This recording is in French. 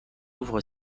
ouvre